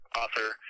author